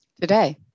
today